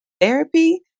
therapy